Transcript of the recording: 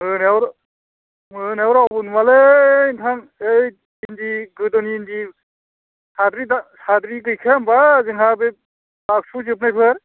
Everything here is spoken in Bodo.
मोनायाव मोनायाव रावबो नुवालै नोंथां बै इन्दि गोदोनि इन्दि साद्रि साद्रि गैखाया होमबा जोंहा बे बागसुआव जोबनायफोर